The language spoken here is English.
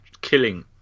killing